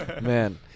Man